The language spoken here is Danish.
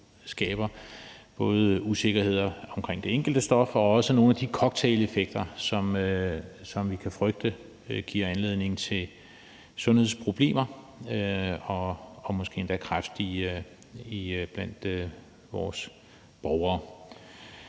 jo skaber usikkerhed omkring det enkelte stof og også har nogle af de cocktaileffekter, som vi kan frygte giver anledning til sundhedsproblemer og måske endda kræft blandt vores borgere.